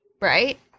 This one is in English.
Right